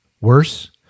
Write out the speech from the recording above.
Worse